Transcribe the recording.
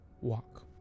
walk